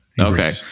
Okay